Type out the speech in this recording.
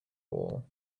ball